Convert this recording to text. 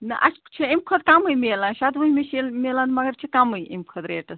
نہ اَسہِ چھِ اَمہِ کھۄتہٕ کَمٕے مِلان شَتوُہمہِ چھِ ییٚلہِ مِلان مگر چھِ کَمٕے اَمہِ کھۄتہٕ ریٹَس